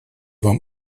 вам